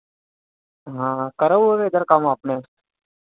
हाँ करा हुआ है काम इधर आपने